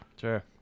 Sure